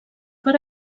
per